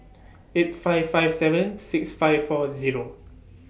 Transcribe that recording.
eight five five seven six five four Zero